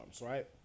right